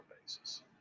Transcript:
basis